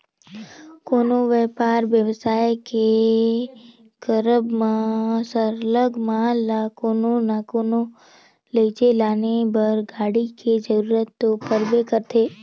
कोनो बयपार बेवसाय के करब म सरलग माल ल कोनो ना कोनो लइजे लाने बर गाड़ी के जरूरत तो परबे करथे